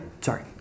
sorry